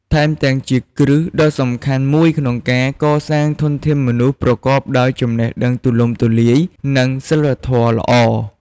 ថែមទាំង ជាគ្រឹះដ៏សំខាន់មួយក្នុងការកសាងធនធានមនុស្សប្រកបដោយចំណេះដឹងទូលំទូលាយ និងសីលធម៌ល្អ។